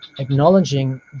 acknowledging